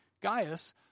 Gaius